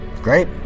Great